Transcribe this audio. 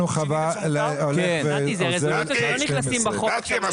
נתי, מספיק.